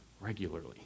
regularly